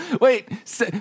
Wait